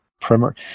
primer